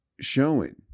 showing